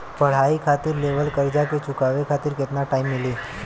पढ़ाई खातिर लेवल कर्जा के चुकावे खातिर केतना टाइम मिली?